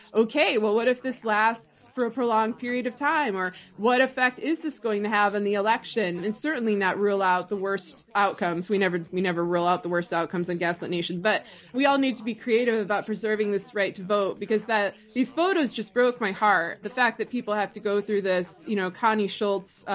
okay, well, what if this lasts for a prolonged period of time or what effect is this going to have in the election, and certainly not rule out the worst outcomes. we never we never rule out the worst outcomes on and gaslit nation, but we all need to be creative about preserving this right to vote, because these photos just broke my heart, the fact that people have to go through this. you know connie connie schultz,